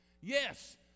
yes